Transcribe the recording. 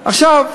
עכשיו,